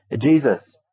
Jesus